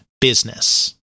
business